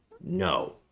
no